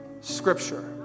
scripture